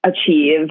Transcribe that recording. achieve